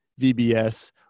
VBS